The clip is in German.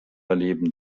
erleben